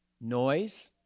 Noise